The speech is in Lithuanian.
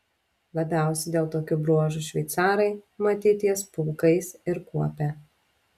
labiausiai dėl tokių bruožų šveicarai matyt jas pulkais ir kuopia